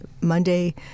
Monday